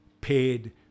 paid